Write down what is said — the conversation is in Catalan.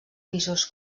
pisos